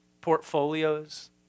portfolios